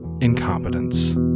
incompetence